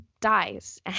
dies